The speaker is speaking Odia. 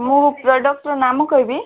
ମୁଁ ପ୍ରଡ଼କ୍ଟର ନାମ କହିବି